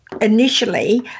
initially